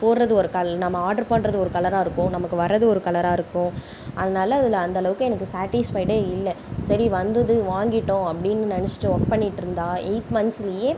போடுறது ஒரு நம்ம ஆர்ட்ரு பண்ணுறது ஒரு கலராக இருக்கும் நமக்கு வரது ஒரு கலராக இருக்கும் அதனால அதில் அந்தளவுக்கு எனக்கு சேட்டிஸ்ஃபைடு இல்லை சரி வந்தது வாங்கிட்டோம் அப்டின்னு நெனச்சிட்டு ஒர்க் பண்ணிட்டிருந்தா எய்ட் மன்த்ஸ்லேயே